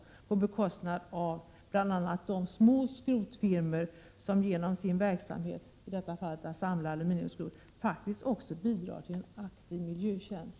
Det sker på bekostnad av bl.a. de små skrotfirmor som genom sin verksamhet — bestående i att de samlar in aluminiumskrot — faktiskt också bidrar till en aktiv miljötjänst.